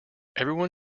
everyone